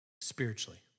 spiritually